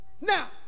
Now